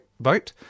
vote